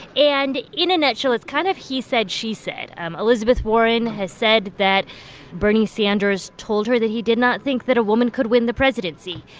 and in a nut shell, it's kind of he said, she said. um elizabeth warren has said that bernie sanders told her that he did not think that a woman could win the presidency.